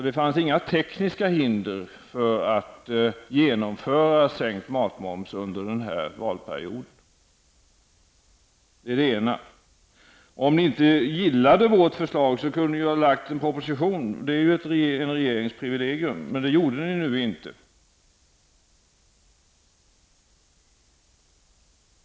Det fanns inga tekniska hinder för att genomföra sänkt matmoms under denna period. Det är det ena. Om ni inte gillade vårt förslag kunde ni ju ha lagt en proposition. Det är ju regeringens privilegium, men det gjorde ni inte.